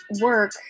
work